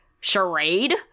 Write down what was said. charade